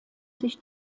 sich